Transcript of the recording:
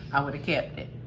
i would've kept it.